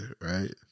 right